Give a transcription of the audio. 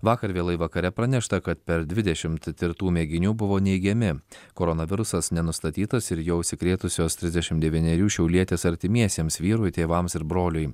vakar vėlai vakare pranešta kad per dvidešimt tirtų mėginių buvo neigiami koronavirusas nenustatytas ir juo užsikrėtusios trisdešim devynerių šiaulietės artimiesiems vyrui tėvams ir broliui